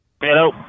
Hello